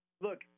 Look